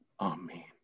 Amen